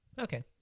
Okay